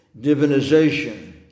divinization